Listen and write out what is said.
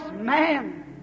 man